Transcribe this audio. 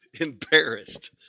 embarrassed